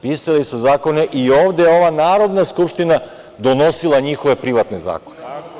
Pisali su zakone i ova Narodna skupština je donosila njihove privatne zakone.